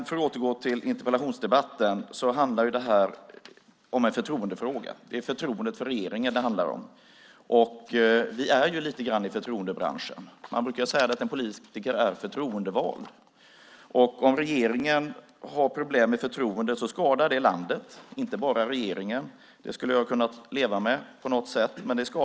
För att återgå till interpellationsdebatten handlar det här om en förtroendefråga. Det är förtroendet för regeringen det handlar om. Vi är ju i förtroendebranschen. Man brukar säga att en politiker är förtroendevald. Om regeringen har problem med förtroendet skadar det landet. Det skadar inte bara regeringen; det skulle jag kunna leva med.